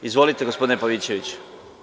Izvolite, gospodine Pavićeviću.